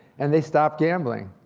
and they stop gambling.